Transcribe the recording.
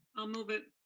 ah move it.